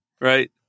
right